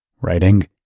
Writing